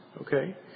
Okay